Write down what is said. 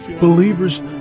Believers